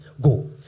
Go